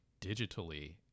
digitally